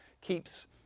keeps